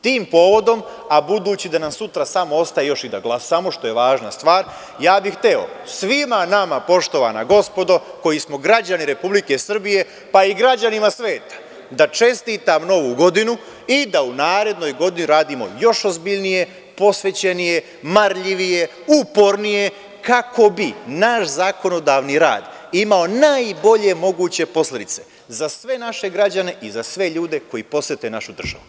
Tim povodom, a budući da nam sutra samo još ostaje da glasamo, što je važna stvar, ja bih hteo svima nama, poštovana gospodo, koji smo građani Republike Srbije, pa i građanima sveta, da čestitam Novu godinu i da u narednoj godini radimo još ozbiljnije, posvećenije, marljivije, upornije, kako bi naš zakonodavni rad imao najbolje moguće posledice za sve naše građane i za sve ljude koji posete našu državu.